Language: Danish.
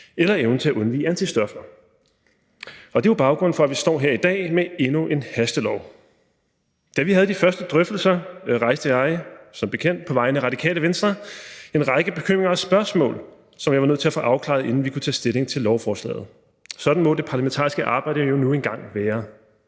eller evnen til at undvige antistoffer. Det er jo baggrunden for, at vi står her i dag med endnu et hastelovforslag. Da vi havde de første drøftelser, rejste jeg som bekendt på vegne af Radikale Venstre en række bekymringer og spørgsmål, som jeg var nødt til at få afklaret, inden vi kunne tage stilling til lovforslaget. Sådan må det parlamentariske arbejde jo nu engang være.